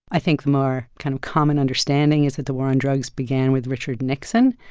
i think the more kind of common understanding is that the war on drugs began with richard nixon.